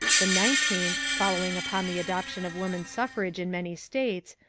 the nineteenth, following upon the adoption of woman suffrage in many states,